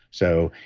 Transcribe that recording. so,